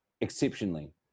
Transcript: Exceptionally